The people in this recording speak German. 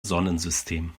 sonnensystem